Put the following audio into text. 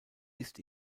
ist